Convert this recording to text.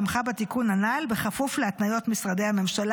תמכה בתיקון הנ"ל בכפוף להתניות משרדי הממשלה.